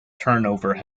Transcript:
turnover